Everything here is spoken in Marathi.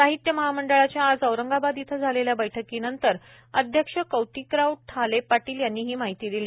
साहित्य महामंडळाच्या आज औरंगाबाद इथं झालेल्या बैठकीनंतर अध्यक्ष कौतिकराव ठाले पाटील यांनी ही माहिती दिली